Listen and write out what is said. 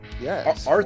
Yes